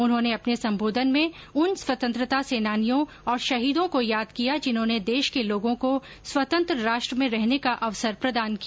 उन्होंने अपने संबोधन में उन स्वतंत्रता सेनानियों और शहीदों को याद किया जिन्होंने देश के लोगों को स्वतंत्र राष्ट्र में रहने का अवसर प्रदान किया